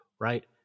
right